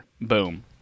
Boom